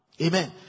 Amen